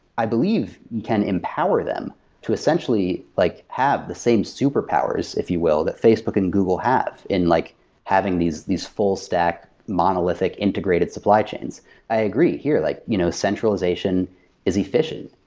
i believe we can empower them to essentially like have the same super powers, if you will, that facebook and google have in like having these these full stack monolithic integrated supply chains i agree here, like you know centralization is efficient.